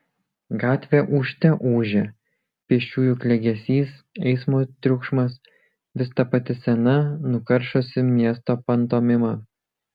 gatvė ūžte ūžė pėsčiųjų klegesys eismo triukšmas vis ta pati sena nukaršusi miesto pantomima